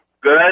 good